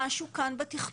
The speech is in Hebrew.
צריך לבדוק משהו בתכנון.